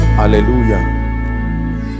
hallelujah